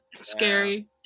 Scary